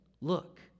look